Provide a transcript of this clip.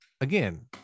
again